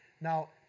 Now